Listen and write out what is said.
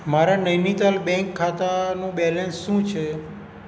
મારા નૈનીતાલ બેંક ખાતાનું બેલેન્સ શું છે